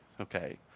okay